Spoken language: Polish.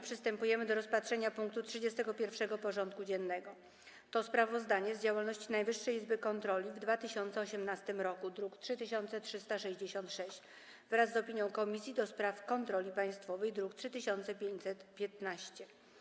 Przystępujemy do rozpatrzenia punktu 31. porządku dziennego: Sprawozdanie z działalności Najwyższej Izby Kontroli w 2018 roku (druk nr 3366) wraz z opinią Komisji do Spraw Kontroli Państwowej (druk 3515)